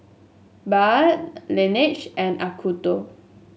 Bia Laneige and Acuto